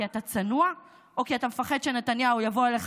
כי אתה צנוע או כי אתה מפחד שנתניהו יבוא אליך